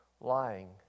lying